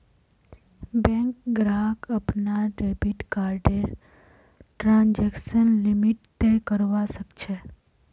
bank ग्राहक अपनार debit कार्डर ट्रांजेक्शन लिमिट तय करवा सख छ